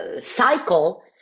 cycle